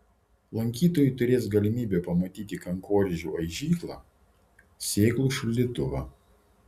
lankytojai turės galimybę pamatyti kankorėžių aižyklą sėklų šaldytuvą